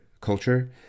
culture